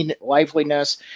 liveliness